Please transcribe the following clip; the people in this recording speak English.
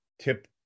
tip